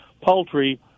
poultry